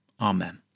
Amen